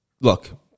look